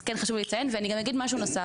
אז כן חשוב לי לציין, ואני גם אגיד משהו נוסף.